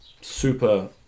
super